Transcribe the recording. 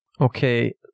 Okay